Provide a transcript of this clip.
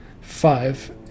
Five